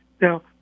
Now